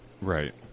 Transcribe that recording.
Right